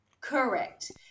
Correct